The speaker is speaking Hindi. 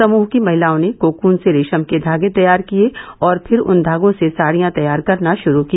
समूह की महिलाओं ने कोकून से रेशम के धागे तैयार किए और फिर उन धागों से साड़ियां तैयार करना शुरू किया